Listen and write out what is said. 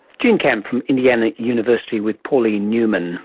jean camp from indiana university, with pauline newman